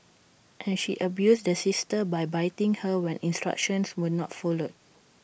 and she abused the sister by biting her when instructions were not followed